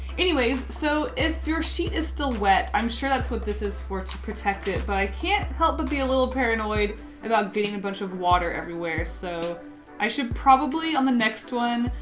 anyways, so, if your sheet is still wet, i'm sure that's what this is for, to protect it, but i can't help but ah be a little paranoid about getting a bunch of water everywhere. so i should probably, on the next one,